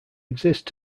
exist